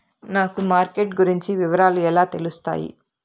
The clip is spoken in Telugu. నాకు మార్కెట్ గురించి వివరాలు ఎలా తెలుస్తాయి?